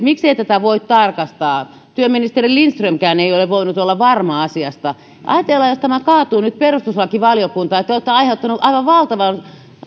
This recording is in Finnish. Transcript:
miksei tätä voi tarkastaa työministeri lindströmkään ei ole voinut olla varma asiasta ajatella jos tämä kaatuu nyt perustuslakivaliokuntaan ja te olette aiheuttanut aivan valtavan